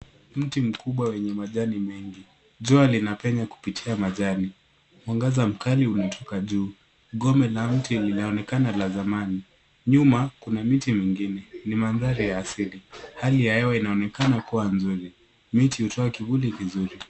Mti mkubwa wenye majani mengi. Jua linapenya kupitia majani. Mwangaza mkali unatoka juu. Gome la mti linaonekana la zamani. Nyuma, kuna miti mingine. Ni mandhari ya asili. Hali ya hewa inaonekana kuwa nzuri. Miti hutoa kivuli vizuri.